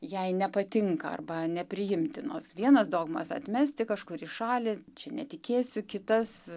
jei nepatinka arba nepriimtinos vienas dogmas atmesti kažkur į šalį čia netikėsiu kitas